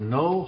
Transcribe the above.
no